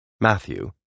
Matthew